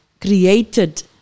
created